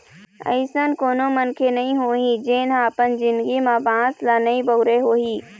अइसन कोनो मनखे नइ होही जेन ह अपन जिनगी म बांस ल नइ बउरे होही